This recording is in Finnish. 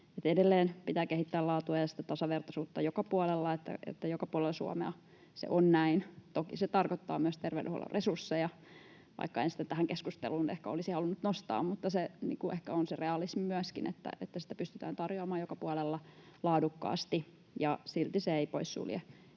edelleen pitää kehittää laatua ja sitä tasavertaisuutta joka puolella, niin että joka puolella Suomea se on näin. Toki se tarkoittaa myös terveydenhuollon resursseja, vaikka en niitä tähän keskusteluun ehkä olisi halunnut nostaa. Mutta myöskin ne ehkä ovat sitä realismia, että sitä pystytään tarjoamaan joka puolella laadukkaasti. Silti se ei poissulje